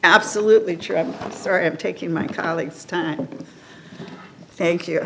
absolutely true i'm sorry i'm taking my colleagues time thank you